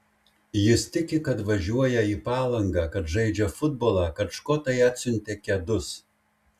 jis tiki kad važiuoja į palangą kad žaidžia futbolą kad škotai atsiuntė kedus